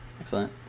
Excellent